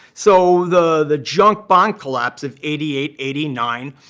so the the junk bond collapse of eighty eight, eighty nine,